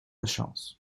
chance